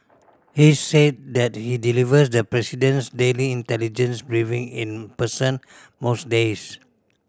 he's said that he delivers the president's daily intelligence briefing in person most days